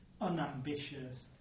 unambitious